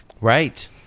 Right